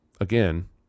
Again